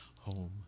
home